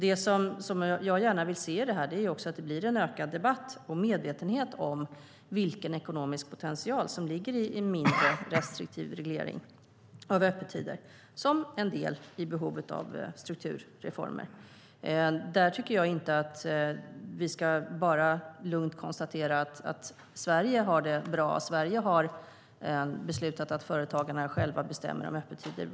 Det jag gärna vill se i detta är att det blir en ökad debatt och medvetenhet om vilken ekonomisk potential som ligger i en mindre restriktiv reglering av öppettider, som en del i behovet av strukturreformer. Där tycker jag inte att vi bara lugnt ska konstatera att Sverige har det bra och att Sverige har beslutat att företagarna själva bestämmer om öppettider.